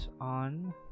on